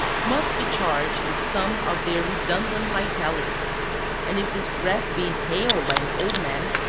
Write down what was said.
must be charged with some of their redundant vitality and if this breath be inhaled by an old man,